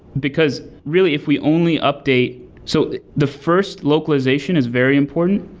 because really if we only update so the first localization is very important,